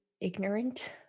ignorant